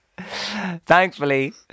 Thankfully